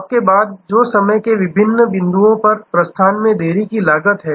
आपके बाद जो समय के विभिन्न बिंदुओं पर प्रस्थान में देरी की लागत है